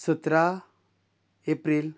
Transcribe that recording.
सतरा एप्रील